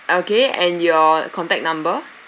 okay and your contact number